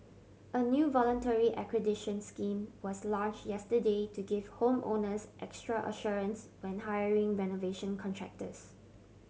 a new voluntary accreditation scheme was launch yesterday to give home owners extra assurance when hiring renovation contractors